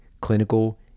Clinical